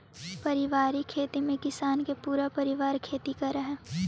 पारिवारिक खेती में किसान के पूरा परिवार खेती करऽ हइ